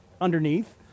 underneath